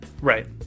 Right